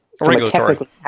regulatory